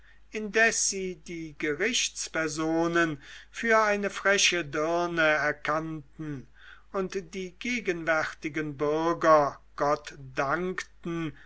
sie die gerichtspersonen für eine freche dirne erkannten und die gegenwärtigen bürger gott dankten